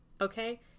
Okay